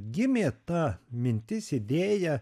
gimė ta mintis idėja